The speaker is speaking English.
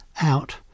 out